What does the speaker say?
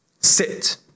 Sit